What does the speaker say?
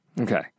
Okay